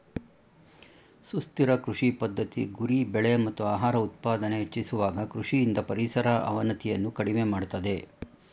ಸುಸ್ಥಿರ ಕೃಷಿ ಪದ್ಧತಿ ಗುರಿ ಬೆಳೆ ಮತ್ತು ಆಹಾರ ಉತ್ಪಾದನೆ ಹೆಚ್ಚಿಸುವಾಗ ಕೃಷಿಯಿಂದ ಪರಿಸರ ಅವನತಿಯನ್ನು ಕಡಿಮೆ ಮಾಡ್ತದೆ